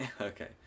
okay